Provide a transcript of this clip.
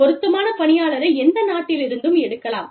பொருத்தமான பணியாளரை எந்த நாட்டிலிருந்தும் எடுக்கலாம்